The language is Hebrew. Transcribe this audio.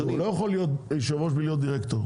לא יכול להיות יושב-ראש ודירקטור.